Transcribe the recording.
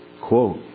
quote